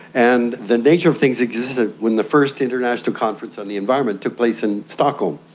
and the nature of things existed when the first international conference on the environment took place in stockholm,